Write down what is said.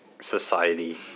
society